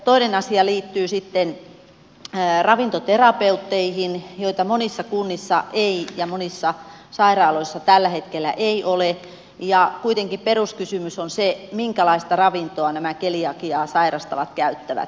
toinen asia liittyy sitten ravintoterapeutteihin joita monissa kunnissa ja monissa sairaaloissa tällä hetkellä ei ole ja kuitenkin peruskysymys on se minkälaista ravintoa nämä keliakiaa sairastavat käyttävät